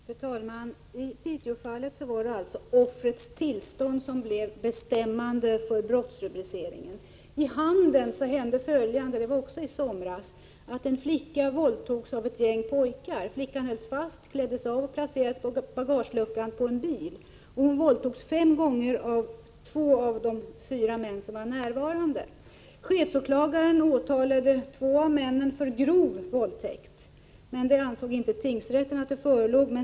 Fru talman! I Piteåfallet var det alltså offrets tillstånd som blev bestämmande för brottsrubriceringen. I Handen hände följande, det var också i somras: En flicka våldtogs av ett gäng pojkar. Flickan hölls fast, kläddes av och placerades på bagageluckan till en bil. Hon våldtogs fem gånger av två av de fyra män som var närvarande. Chefsåklagaren åtalade två av männen för grov våldtäkt, vilket tingsrätten inte ansåg föreligga.